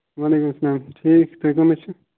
وعلیکُم اسلام ٹھیٖک تُہۍ کٔم حظ چھِو